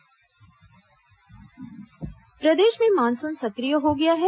मौसम प्रदेश में मानसून सक्रिय हो गया है